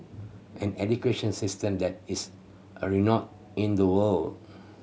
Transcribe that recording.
an education system that is a renowned in the world